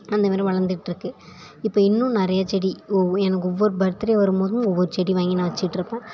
அந்தமாரி வளந்துட்டுருக்கு இப்போ இன்னும் நிறைய செடி எனக்கு ஒவ்வொரு பர்த்டே வரும்போதும் ஒவ்வொரு செடி வாங்கி நான் வெச்சிட்டுருப்பேன்